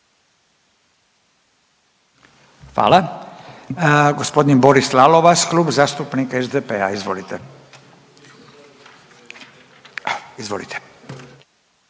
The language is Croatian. Hvala.